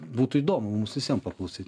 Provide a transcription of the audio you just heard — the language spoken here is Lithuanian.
būtų įdomu mums visiem paklausyt